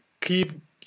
keep